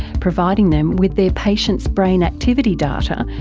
providing them with their patients' brain activity data,